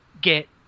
get